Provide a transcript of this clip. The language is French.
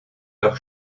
leurs